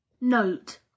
Note